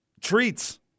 Treats